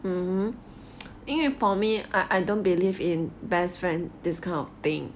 mmhmm 因为 for me I don't believe in best friend this kind of thing